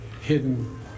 hidden